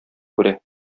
күрә